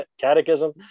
catechism